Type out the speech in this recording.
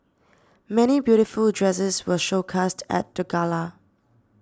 many beautiful dresses were showcased at the gala